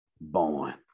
born